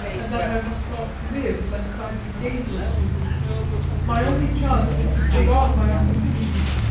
and that i must not live, lest i be dangerous to him my only chance is to prolong my opportunities.